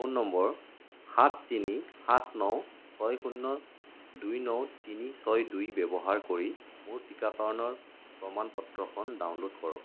phone নম্বৰ সাত তিনি সাত ন ছয় শূন্য দুই ন তিনি ছয় দুই ব্যৱহাৰ কৰি মোৰ টীকাকৰণৰ প্ৰমাণ পত্ৰখন ডাউনল'ড কৰক